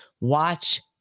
watch